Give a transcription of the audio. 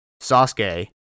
Sasuke